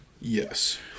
Yes